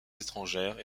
étrangères